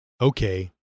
okay